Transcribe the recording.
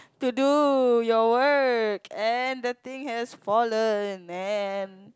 to do your work and the thing has fallen and